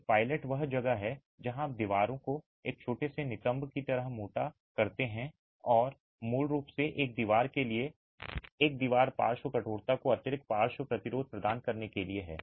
एक पायलट वह जगह है जहाँ आप दीवार को एक छोटे से नितंब की तरह मोटा करते हैं और मूल रूप से एक दीवार के लिए एक दीवार पार्श्व कठोरता को अतिरिक्त पार्श्व प्रतिरोध प्रदान करने के लिए है